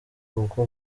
kuko